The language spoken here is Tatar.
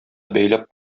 бәйләп